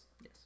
Yes